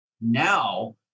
now